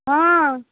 ହଁ